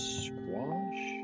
squash